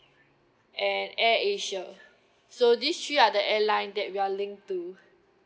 and AirAsia so these three are the airline that we are link to